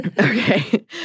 okay